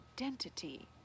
identity